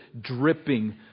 dripping